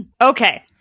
Okay